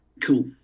Cool